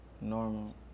normal